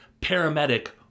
paramedic